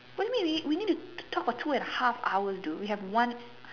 what do you mean we we need to talk talk for two and a half hours dude we have one